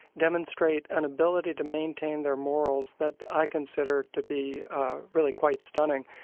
demonstrate an ability to maintain their morals that i consider to be really quite stunning.